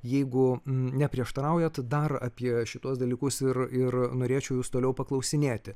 jeigu neprieštaraujat dar apie šituos dalykus ir ir norėčiau jus toliau paklausinėti